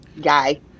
guy